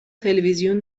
تلویزیون